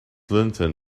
linton